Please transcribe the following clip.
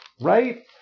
right